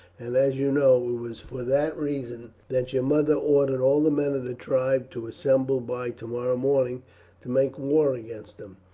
and, as you know, it was for that reason that your mother ordered all the men of the tribe to assemble by tomorrow morning to make war against them.